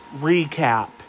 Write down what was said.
recap